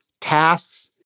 tasks